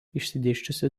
išsidėsčiusi